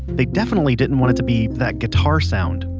they definitely didn't want it to be that guitar sound.